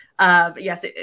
Yes